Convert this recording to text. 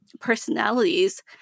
personalities